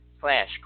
Flash